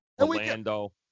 Orlando